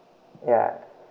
ya